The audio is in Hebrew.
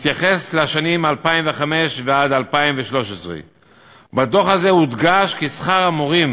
מתייחס לשנים 2005 2013. בדוח הזה הודגש כי שכר המורים